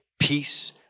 peace